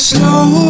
Slow